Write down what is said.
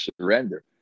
surrender